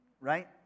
right